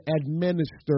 administer